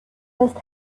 must